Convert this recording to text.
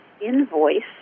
invoice